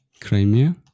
Crimea